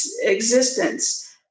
existence